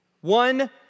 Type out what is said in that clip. One